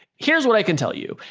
here's what i can tell you.